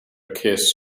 kiss